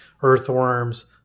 earthworms